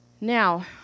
Now